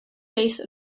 base